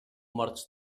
morts